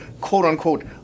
quote-unquote